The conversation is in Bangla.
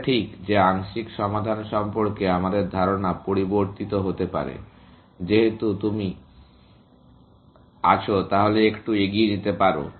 এটা ঠিক যে আংশিক সমাধান সম্পর্কে আমাদের ধারণা পরিবর্তিত হতে পারে যেমন তুমি তাহলে একটু এগিয়ে যাও